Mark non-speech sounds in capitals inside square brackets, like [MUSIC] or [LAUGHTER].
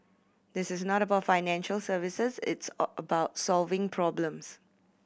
this is not about financial services it's [UNINTELLIGIBLE] about solving problems